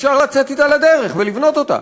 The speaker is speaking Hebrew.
אפשר לצאת אתה לדרך ולבנות אותה.